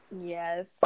Yes